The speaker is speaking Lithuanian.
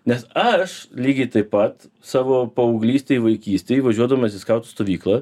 nes aš lygiai taip pat savo paauglystėj vaikystėj važiuodavom mes į skautų stovyklą